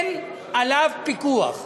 אין עליו פיקוח.